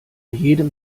jedem